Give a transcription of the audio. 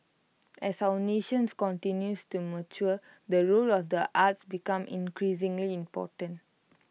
as our nations continues to mature the role of the arts becomes increasingly important